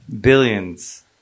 billions